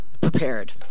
prepared